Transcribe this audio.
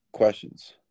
questions